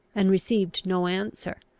and received no answer,